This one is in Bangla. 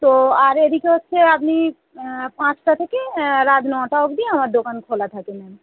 তো আর এদিকে হচ্ছে আপনি পাঁচটা থেকে রাত নটা অবদি আমার দোকান খোলা থাকে ম্যাম